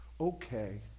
okay